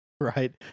Right